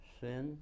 sin